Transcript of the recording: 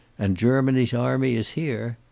and germany's army is here.